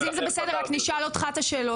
אז אם זה בסדר רק נשאל אותך את השאלות,